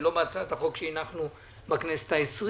ולא בזו שהנחנו בכנסת ה-20